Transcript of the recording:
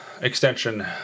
extension